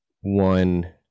one